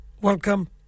welcome